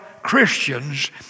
Christians